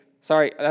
sorry